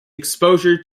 exposure